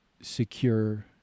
secure